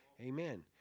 Amen